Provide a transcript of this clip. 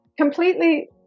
completely